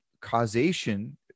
causation